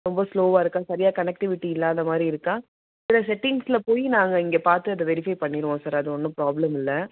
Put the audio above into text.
ரொம்ப ஸ்லோவாக இருக்கா சரியாக கனெக்டிவிட்டி இல்லாத மாதிரி இருக்கா அப்புறம் செட்டிங்ஸ்கில் போய் நாங்கள் இங்கே பார்த்து அதை வெரிஃபை பண்ணிடுவோம் சார் அது ஒன்றும் ப்ராப்ளம் இல்லை